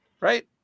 Right